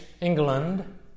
England